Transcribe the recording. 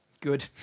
good